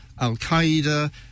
al-Qaeda